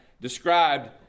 described